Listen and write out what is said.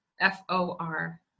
F-O-R